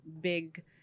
big